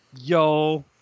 Yo